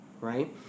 right